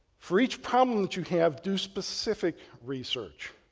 for each problem that you have, do specific research.